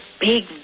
big